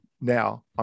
Now